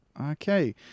Okay